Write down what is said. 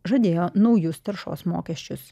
žadėjo naujus taršos mokesčius